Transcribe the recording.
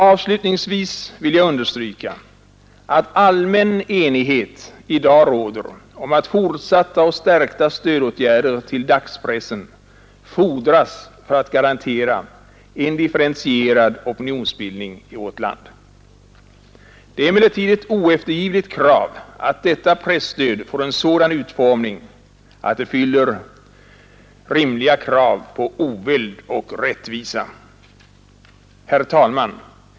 Avslutningsvis vill jag understryka att allmän enighet i dag råder om att fortsatta och stärkta stödåtgärder till dagspressen fordras för att garantera en differentierad opinionsbildning i vårt land. Det är emellertid ett oeftergivligt krav att detta presstöd får en sådan utformning att det fyller rimliga anspråk på oväld och rättvisa. Herr talman!